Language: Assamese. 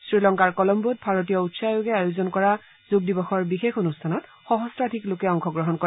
শ্ৰীলংকাৰ কলম্বোত ভাৰতীয় উচ্চায়োগে আয়োজন কৰা যোগ দিৱসৰ বিশেষ অনুষ্ঠানত সহস্ৰাধিক লোকে অংশগ্ৰহণ কৰে